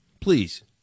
please